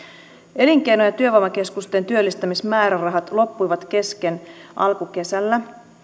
elinkeino ja työvoimakeskusten työllistämismäärärahat loppuivat kesken alkukesällä